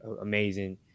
amazing